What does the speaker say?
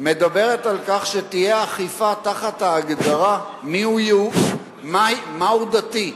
מדברת על כך שתהיה אכיפה תחת ההגדרה מהו דתי,